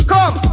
Come